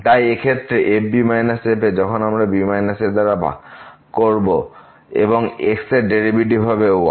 তাই এই ক্ষেত্রে fb f যখন আমরা b a দ্বারা ভাগ করব এবং x এর ডেরিভেটিভ হবে 1